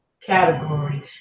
category